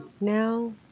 Now